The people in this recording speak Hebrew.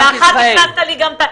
הרגת אותי היום.